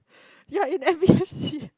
ya in every